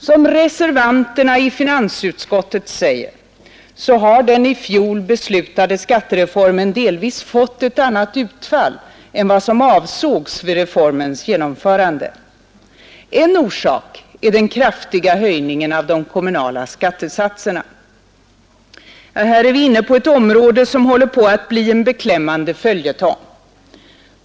Som reservanterna i finansutskottet säger har den i fjol beslutade skattereformen delvis fått annat utfall än vad som avsågs vid reformens genomförande. En orsak är den kraftiga höjningen av de kommunala skattesatserna. Ja, här är vi inne på ett område som håller på att bli en beklämmande följetong.